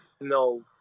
no